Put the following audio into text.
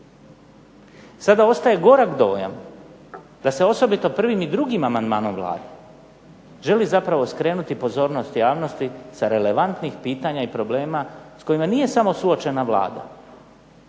Sada ostaje gorak dojam da se osobito prvim i drugim amandmanom Vlade želi zapravo skrenuti pozornost javnosti sa relevantnih pitanja i problema s kojima nije samo suočena Vlada,